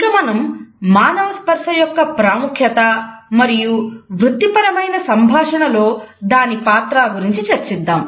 ఇక మనం మానవ స్పర్శ యొక్క ప్రాముఖ్యత మరియు వృత్తిపరమైన సంభాషణలో దాని పాత్ర గురించి చర్చిద్దాం